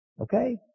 Okay